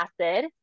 acid